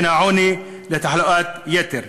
בין עוני לתחלואת יתר.